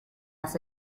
las